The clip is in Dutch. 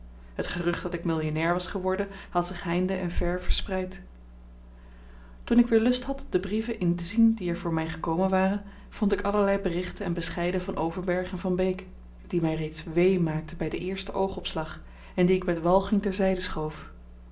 het gerucht dat ik millionair was geworden had zich heinde en ver verspreid toen ik weer lust had de brieven in te zien die er voor mij gekomen waren vond ik allerlei berichten en bescheiden van overberg en van beek die mij reeds wee maakten bij den eersten oogopslag en die ik met walging ter zijde schoof